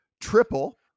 triple